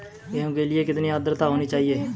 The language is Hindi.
गेहूँ के लिए कितनी आद्रता होनी चाहिए?